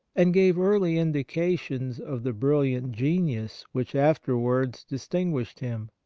and gave early indications of the brilliant genius which afterwards distinguished him.